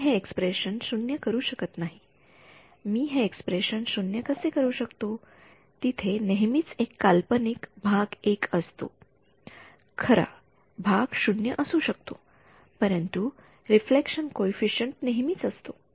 मी हे एक्स्प्रेशन 0 करू शकत नाही मी हे एक्स्प्रेशन 0 कसे करू शकतो तिथे नेहमीच एक काल्पनिक भाग १ असतो खरा भाग 0 असू शकतो परंतु रिफ्लेक्शन कॉइफिसिएंट नेहमीच असतो